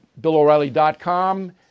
BillO'Reilly.com